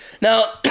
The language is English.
Now